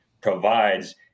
provides